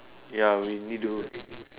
ya we need do